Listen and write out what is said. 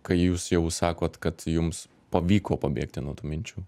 kai jūs jau sakot kad jums pavyko pabėgti nuo tų minčių